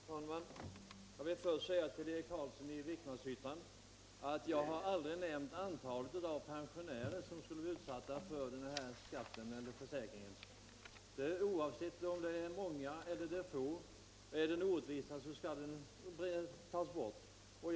Fru talman! Jag vill först säga till Eric Carlsson i Vikmanshyttan att jag har aldrig nämnt något antal pensionärer när det gäller dem som blir utsatta för den här försäkringsavgiften. Oavsett om det är många eller få så skall en orättvisa, om det föreligger en sådan, avlägsnas.